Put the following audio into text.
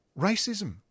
Racism